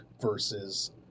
versus